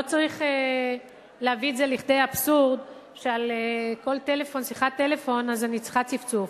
לא צריך להביא את זה לידי אבסורד שעל כל שיחת טלפון אני צריכה צפצוף.